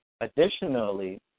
Additionally